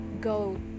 go